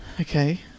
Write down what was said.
Okay